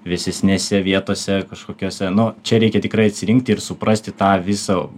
vėsesnėse vietose kažkokiose nu čia reikia tikrai atsirinkti ir suprasti tą visą